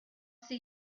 see